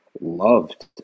loved